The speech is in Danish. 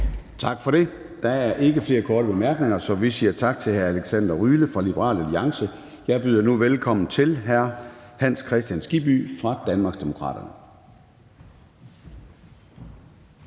Tak for det. Der er ikke flere korte bemærkninger, så vi siger tak til hr. Alexander Ryle fra Liberal Alliance. Jeg byder nu velkommen til hr. Hans Kristian Skibby fra Danmarksdemokraterne.